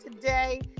today